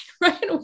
Right